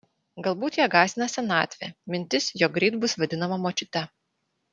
galbūt ją gąsdina senatvė mintis jog greit bus vadinama močiute